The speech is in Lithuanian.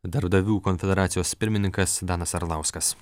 darbdavių konfederacijos pirmininkas danas arlauskas